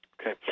Okay